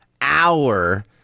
hour